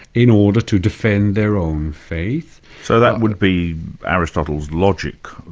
in order to defend their own faith. so that would be aristotle's logic,